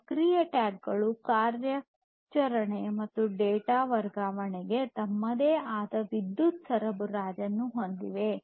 ಸಕ್ರಿಯ ಟ್ಯಾಗ್ಗಳು ಕಾರ್ಯಾಚರಣೆ ಮತ್ತು ಡೇಟಾ ವರ್ಗಾವಣೆಗೆ ತಮ್ಮದೇ ಆದ ವಿದ್ಯುತ್ ಸರಬರಾಜನ್ನು ಹೊಂದಿವೆ